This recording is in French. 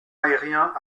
aériens